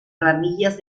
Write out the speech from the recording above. ramillas